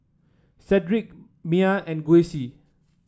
Cedric Maia and Gussie